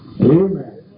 Amen